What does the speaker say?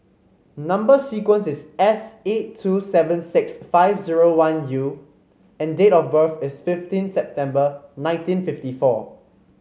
number sequence is S eight two seven six five zero one U and date of birth is fifteen September nineteen fifty four